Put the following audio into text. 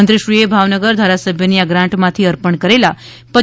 મંત્રીશ્રીએ ભાવનગર ધારાસભ્યની આ ગ્રાન્ટમાંથી અર્પણ કરેલા રૂા